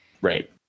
Right